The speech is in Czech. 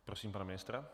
Prosím pana ministra.